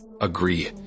Agree